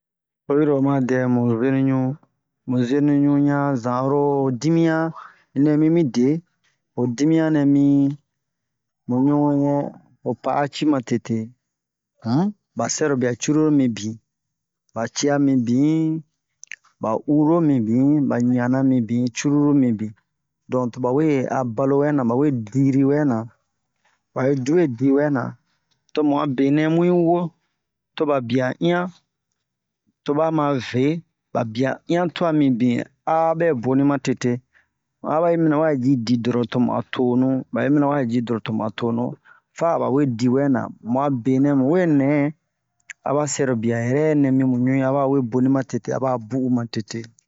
oyi ro oma dɛ mu zenuɲu mu zenuɲu ɲa zan oro ho dimiyan nɛ mimi de ho dimiyan nɛmi mu ɲui ho pa'a ci ma tete um ba sɛrobia cruru mibin ba cia mibin ba uro mibin ba ɲana mibin cruru mibin don toba we a balo wɛ na ba we diri wɛ na ba yi du we di wɛ na tomu a benɛ mu yi wo toba bia i'yan toba ma ve ba bia i'yan twa mibin abɛ boni ma tete a ba'i mina wa ji di doron tomu a tonu ba'i mina wa ji di doron tomu a tonu fa a ba we di wɛ na mu a benɛ mu we nɛ a ba sɛrobia yɛrɛ nɛ mimu ɲui a ba we boni ma tete a ba bu'u ma tete